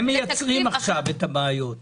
הם מייצרים עכשיו את הבעיות.